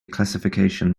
classification